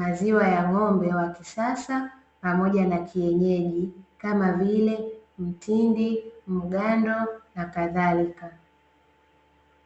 maziwa ya ng’ombe wa kisasa pamoja na wa kienyeji kama vile mtindi, mgando na kadhalika.